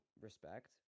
respect